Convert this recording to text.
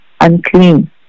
unclean